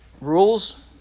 rules